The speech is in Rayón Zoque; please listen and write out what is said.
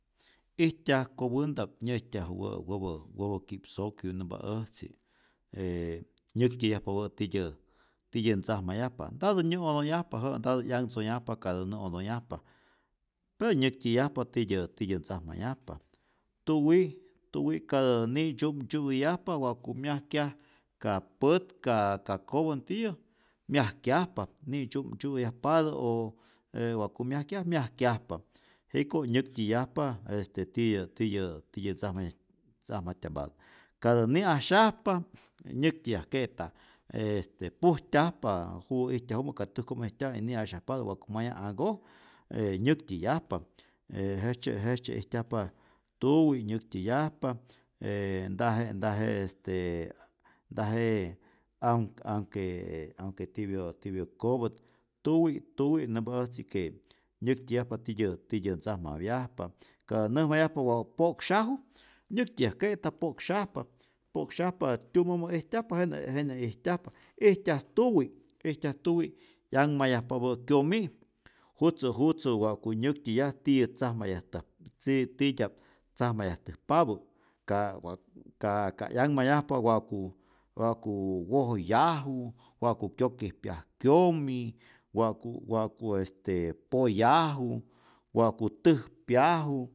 Ijtyaj kopänta'p nyä'ijtyajupä wäpä wäpä ki'pskyu' nämpa äjtzi, e nyäktyäyajpapä tityä tityä ntzajmayajpa, ntatä nyä'otonyajpa jä'ä, ntatä 'yanhtzonyajpa katä nä'otonhyajpa, pero nyäktyäyajpa tityä tityä ntzajmayajpa, tuwi', tuwi' ka tä ni'tzyuptzyupäyajpa wa'ku myajkyaj ka pät, ka ka kopän tiyä myajkyajpa, ni'tzyuptzyupäyajpatä o wa'ku myajkya' myajkyajpa, jiko' nyäktyäyajpa este tiyä tiya ntzajma ntzajmatyampatä, katä ni'asyajpa nyäktyäyajke'ta, este pujtyajpa juwä ijtyajumä, ka täjkojmä ijtyaj y ni'asyajpatä wa'ku mayaj anhkoj e nyäktyäyajpa, e jejtzye jejtzye ijtyajpa tuwi' nyäktyäyajpa e ntaje ntaje este ntaje aunque tipyä kopät, tuwi tuwi nämpa äjtzi que nyäktyäyajpa tityä tityä ntzajmapyajpa, katä näjmayjapa wa po'ksyaju nyäktyäyajke'ta pok'syajpa, po'ksyajpa tyumämä' ijtyajpa jenä ijtyajpa, ijtyaj tuwi' ijtyaj tuwi 'yanhmayajpapä kyomi', jutzä jutzä wa'ku nyäktyäyaj tiyä tzajmayajtä ti' titya'p tzajmayajtäjpapä, ka wa' ka ka 'yanhmayajpa wa'ku wa'ku wojyaju, wa'ku kyokijpyaj kyomi, wa'ku wa'ku poyaju, wa'ku täjpyaju